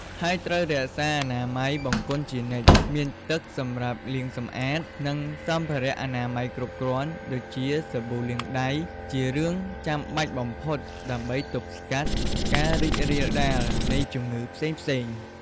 ហើយត្រូវរក្សាអនាម័យបង្គន់ជានិច្ច មានទឹកសម្រាប់លាងសម្អាត និងសម្ភារៈអនាម័យគ្រប់គ្រាន់ ដូចជាសាប៊ូលាងដៃ ជារឿងចាំបាច់បំផុតដើម្បីទប់ស្កាត់ការរីករាលដាលនៃជំងឺផ្សេងៗ។